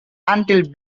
until